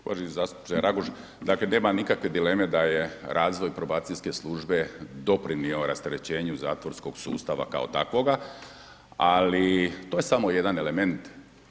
Uvaženi zastupniče Raguž, dakle nema nikakve dileme da je razvoj probacijske službe doprinio rasterećenju zatvorskog sustava kao takvoga, ali to je samo jedan element.